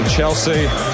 Chelsea